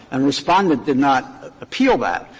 and respondent did not appeal that.